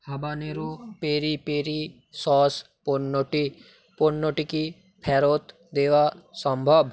habanero peri peri sauce পণ্যটি পণ্যটি কি ফেরত দেওয়া সম্ভব